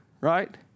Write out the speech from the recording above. right